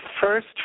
first